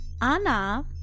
Anna